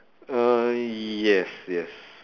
uh yes yes